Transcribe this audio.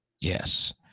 yes